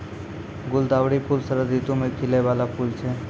गुलदावरी फूल शरद ऋतु मे खिलै बाला फूल छै